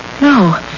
No